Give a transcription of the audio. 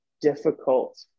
difficult